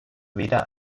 weder